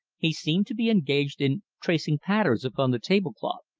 he seemed to be engaged in tracing patterns upon the tablecloth.